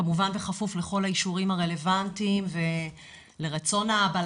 כמובן בכפוף לכל האישורים הרלבנטיים ולרצון האבא,